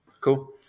cool